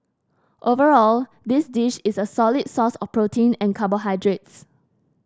overall this dish is a solid source of protein and carbohydrates